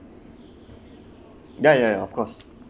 ya ya ya of course